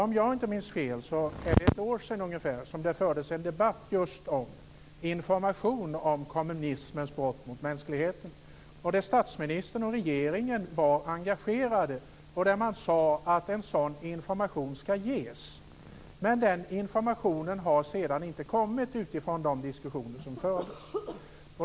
Om jag inte minns fel är det ungefär ett år sedan som det fördes en debatt just om information om kommunismens brott mot mänskligheten. Där var statsministern och regeringen engagerade. Man sade att en sådan information ska ges. Men informationen utifrån de diskussioner som fördes har inte kommit.